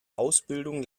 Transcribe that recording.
ausbildung